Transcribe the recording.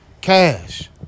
cash